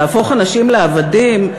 להפוך אנשים לעבדים?